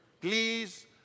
Please